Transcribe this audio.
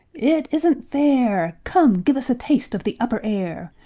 it isn't fair come, give us a taste of the upper air!